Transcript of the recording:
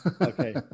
Okay